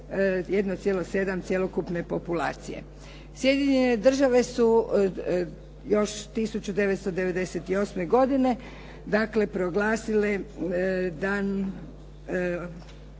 1,7 cjelokupne populacije. Sjedinjene Države su još 1998. godine dakle proglasile Dan